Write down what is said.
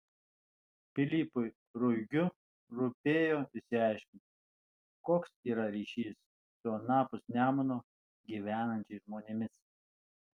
pilypui ruigiu rūpėjo išsiaiškinti koks yra ryšys su anapus nemuno gyvenančiais žmonėmis